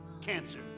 Cancer